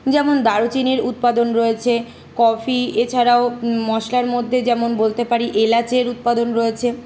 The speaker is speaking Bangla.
যেমন দারুচিনির উৎপাদন রয়েছে কফি এছাড়াও মশলার মধ্যে যেমন বলতে পারি এলাচের উৎপাদন রয়েছে